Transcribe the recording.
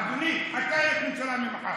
אדוני, אתה ראש ממשלה ממחר.